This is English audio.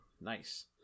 Nice